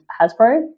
Hasbro